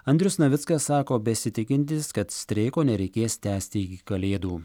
andrius navickas sako besitikintis kad streiko nereikės tęsti iki kalėdų